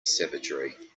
savagery